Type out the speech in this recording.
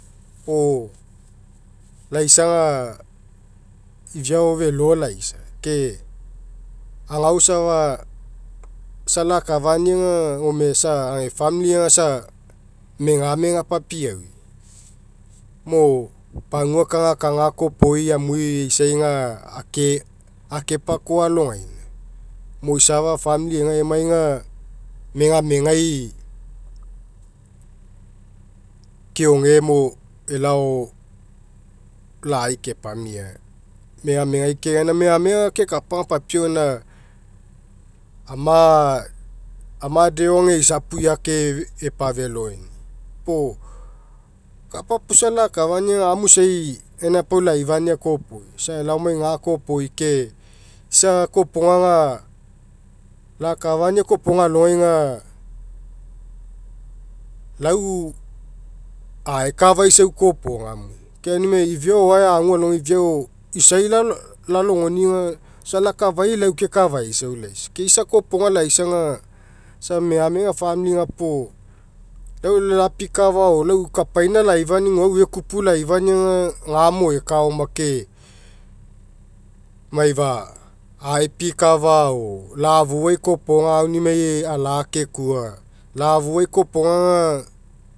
Puo laisa aga ifiao felo laisa ke agao safa isa lakafania aga gome isa ega famili aga isa megamega papiaui mo pagua kagakaga kopoi amui eisai aga ake akepakoa alogaina. Mo isafa famili ega emai aga megamegai elao lai kepamiai megamegai ke gaina megamega kekapa aga papiau gaina ama ama'a deo ega isapu eake epafeloi, puo kapapuo isa lakafania aga amu isa pau laifania kopoi isa ega laomai gakoa iopoi ke isa kopoga lakafania kopoga alogai lau aekafaisau kopoga moia. Ke aunimai ifiao o'oae agu alogai ifiao isai lalogoni'i aga isa lakafai is a kekafaisau laisa ke isa kopoga laisa aaga isa megamega famili gapuo. Lau lapikafa o lau kapaina laifani'i guau ekupu laifania aga gamo ekaoma ke maifa aepikafa o la'afou kopoga aunimai alakekua la'afou kopoga aga